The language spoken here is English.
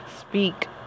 speak